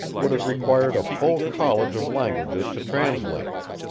would have required a full college of languages to translate them.